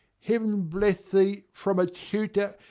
heaven bless thee from a tutor,